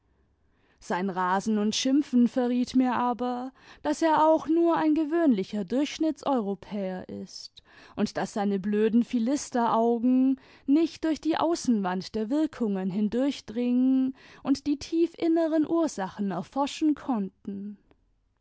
sein rasen imd schimpfen verriet mir aber daß er auch nur ein gewöhnlicher durchschnittseuropäer ist imd daß seine blöden philisteraugen nicht durch die außenwand der wirkungen hindurchdringen und die tiefinneren ursachen erforschen konnten